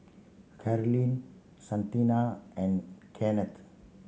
Carlene Santina and Kennith